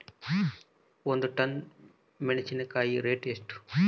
ಒಂದು ಟನ್ ಮೆನೆಸಿನಕಾಯಿ ರೇಟ್ ಎಷ್ಟು?